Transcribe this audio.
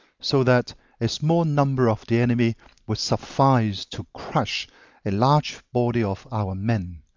so that a small number of the enemy would suffice to crush a large body of our men